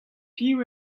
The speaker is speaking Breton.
piv